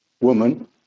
Woman